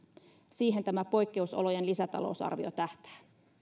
siihen tämä poikkeusolojen lisätalousarvio tähtää